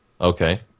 Okay